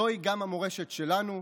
זוהי גם המורשת שלנו,